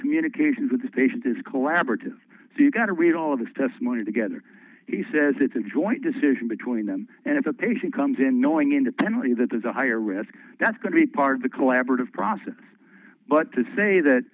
communications with this patient is collaborative so you got to read all of this testimony together he says it's in joint decision between them and if a patient comes in knowing independently that there's a higher risk that's going to be part of the collaborative process but to say that